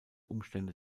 umstände